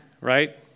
right